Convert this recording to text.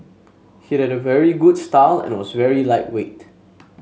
he had a very good style and was very lightweight